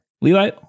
Levi